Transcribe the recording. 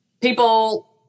people